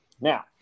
Now